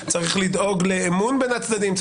צריך לדאוג לאמון בין הצדדים,